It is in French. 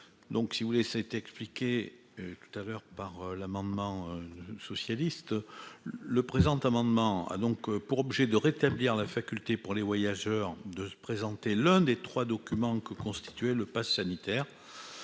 donc si vous voulez, c'est expliqué tout à l'heure par l'amendement socialiste le présent amendement a donc pour objet de rétablir la faculté pour les voyageurs de présenter l'un des 3 documents que constituait le passe sanitaire,